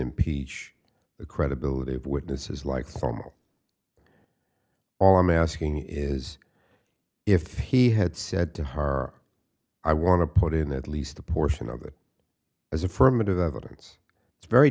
impeach the credibility of witnesses like all i'm asking is if he had said to her i want to put in at least the portion of it as affirmative evidence it's very